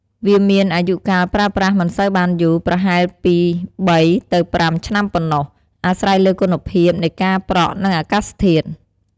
វាមាន អាយុកាលប្រើប្រាស់មិនសូវបានយូរ ប្រហែលពី ៣ ទៅ ៥ ឆ្នាំប៉ុណ្ណោះ អាស្រ័យលើគុណភាពនៃការប្រក់ និងអាកាសធាតុ។